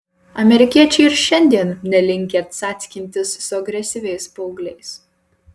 amerikiečiai ir šiandien nelinkę cackintis su agresyviais paaugliais